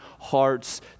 heart's